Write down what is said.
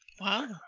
Wow